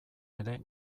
ere